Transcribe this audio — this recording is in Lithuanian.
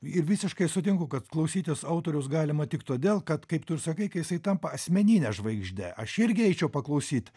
ir visiškai sutinku kad klausytis autorius galima tik todėl kad kaip tu ir sakai kai jisai tampa asmenine žvaigžde aš irgi eičiau paklausyt